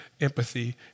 empathy